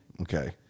Okay